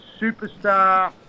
superstar